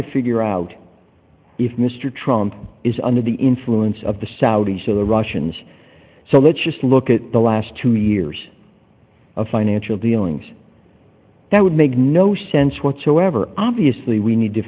to figure out if mr trump is under the influence of the russians so let's just look at the last two years a financial dealings that would make no sense whatsoever obviously we need to